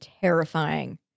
terrifying